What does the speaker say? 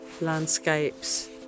landscapes